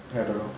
I don't know